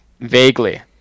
vaguely